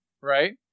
right